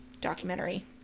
documentary